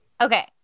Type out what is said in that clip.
Okay